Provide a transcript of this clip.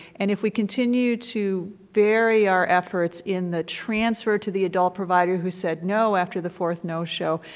and if we continue to vary our efforts in the transfer to the adult provider who said no after the fourth no-show,